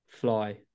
fly